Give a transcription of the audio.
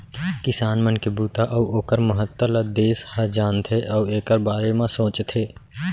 किसान मन के बूता अउ ओकर महत्ता ल देस ह जानथे अउ एकर बारे म सोचथे